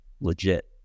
legit